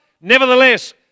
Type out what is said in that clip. nevertheless